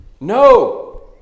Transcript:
No